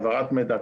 העברת מידע,